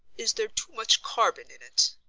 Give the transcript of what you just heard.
is there too much carbon in it?